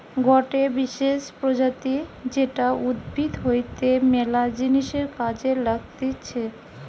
গটে বিশেষ প্রজাতি যেটা উদ্ভিদ হইতে ম্যালা জিনিসের কাজে লাগতিছে